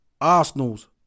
Arsenal's